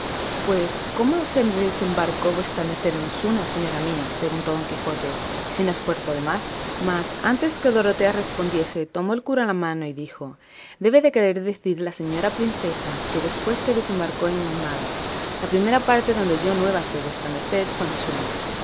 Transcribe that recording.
pues cómo se desembarcó vuestra merced en osuna señora mía preguntó don quijote si no es puerto de mar mas antes que dorotea respondiese tomó el cura la mano y dijo debe de querer decir la señora princesa que después que desembarcó en málaga la primera parte donde oyó nuevas de vuestra merced fue en osuna